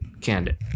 Candid